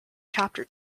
chapter